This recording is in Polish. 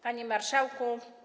Panie Marszałku!